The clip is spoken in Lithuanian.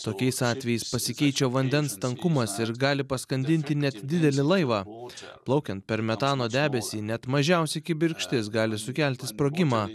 tokiais atvejais pasikeičia vandens tankumas ir gali paskandinti net didelį laivą plaukiant per metano debesį net mažiausia kibirkštis gali sukelti sprogimą